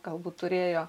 galbūt turėjo